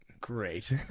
great